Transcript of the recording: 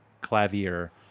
clavier